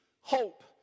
hope